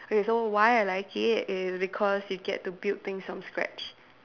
okay so why I like it is because you get to build things from scratch